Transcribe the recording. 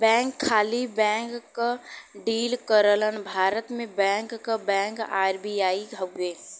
bank खाली bank क deal करलन भारत में बैंक क बैंक आर.बी.आई हउवे